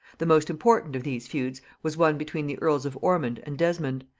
the most important of these feuds was one between the earls of ormond and desmond,